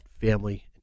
family